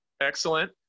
excellent